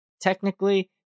Technically